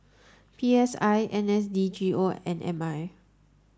P S I N S D G O and M I